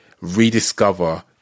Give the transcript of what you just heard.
rediscover